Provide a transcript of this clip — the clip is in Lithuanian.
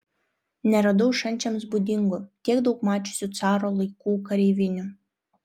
neradau šančiams būdingų tiek daug mačiusių caro laikų kareivinių